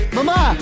Mama